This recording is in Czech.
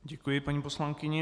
Děkuji paní poslankyni.